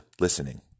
listening